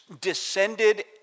descended